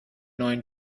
neuen